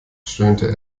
stöhnte